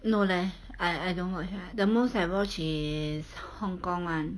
no leh I I don't watch leh the most I watch is hong kong [one]